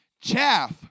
Chaff